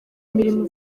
imirimo